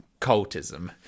cultism